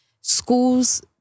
School's